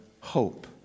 hope